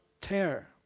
tear